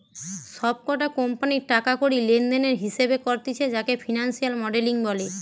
সব কটা কোম্পানির টাকা কড়ি লেনদেনের হিসেবে করতিছে যাকে ফিনান্সিয়াল মডেলিং বলে